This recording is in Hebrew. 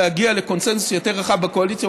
להגיע לקונסנזוס יותר רחב בקואליציה,